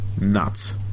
nuts